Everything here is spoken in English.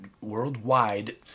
worldwide